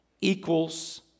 equals